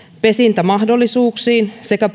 pesintämahdollisuuksiin sekä